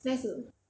nice or not